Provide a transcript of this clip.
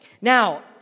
Now